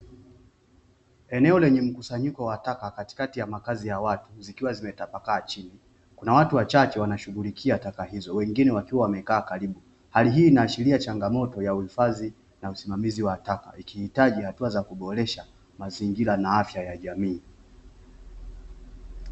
Eneo lenye mkusanyiko wa taka katikati ya makazi ya watu, zikiwa zimetapakaa chini na watu wachache wanashughulikia taka hizo, wengine wakiwa wamekaa karibu, hali hii inaashiria changamoto ya uhifadhi na usimamizi wa taka, ikihitaji hatua za kuboresha mazingira na afya ya jamii.